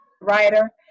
writer